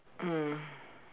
mm